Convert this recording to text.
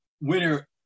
winner